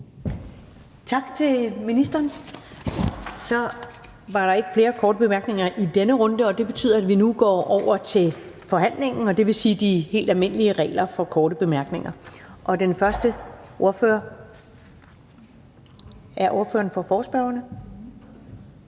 Tak til ministeren. Så var der ikke flere korte bemærkninger i denne runde, og det betyder, at vi nu går over til forhandlingen, hvor der er de helt almindelige regler for korte bemærkninger. Den første ordfører i ordførerrækken er ordføreren